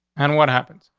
and what happens?